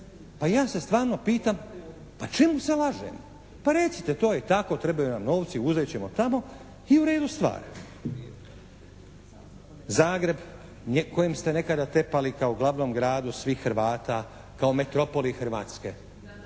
Pa ja se stvarno pitam pa čemu se laže? Pa recite to je tako, trebaju nam novci, uzet ćemo tamo. I u redu stvar. Zagreb kojem ste nekada tepali kao glavnog gradu svih Hrvata, kao metropoli Hrvatske